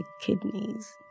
kidneys